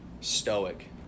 stoic